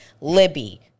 Libby